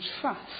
trust